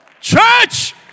Church